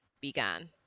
began